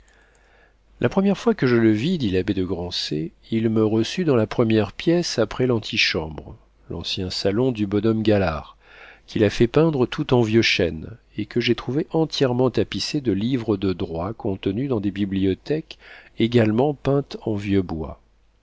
la première fois que je le vis dit l'abbé de grancey il me reçut dans la première pièce après l'antichambre l'ancien salon du bonhomme galard qu'il a fait peindre en vieux chêne et que j'ai trouvée entièrement tapissée de livres de droit contenus dans des bibliothèques également peintes en vieux bois